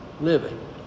living